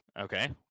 Okay